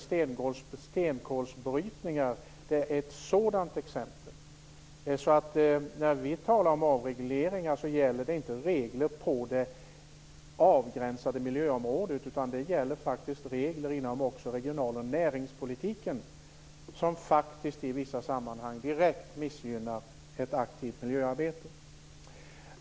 Stenkolsbrytning är ett exempel på detta. När vi talar om avregleringar gäller det inte regler på det avgränsade miljöområdet, utan det gäller också regler inom regional och näringspolitiken som faktiskt i vissa sammanhang direkt missgynnar ett aktivt miljöarbete.